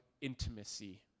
intimacy